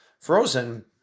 Frozen